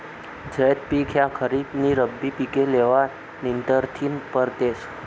झैद पिक ह्या खरीप नी रब्बी पिके लेवा नंतरथिन पेरतस